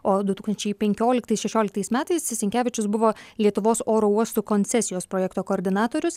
o du tūkstančiai penkioliktais šešioliktais metais sinkevičius buvo lietuvos oro uostų koncesijos projekto koordinatorius